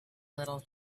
little